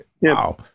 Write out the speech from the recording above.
wow